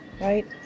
right